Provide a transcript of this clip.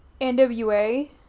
NWA